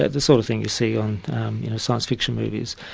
the sort of thing you see on you know science-fiction movies.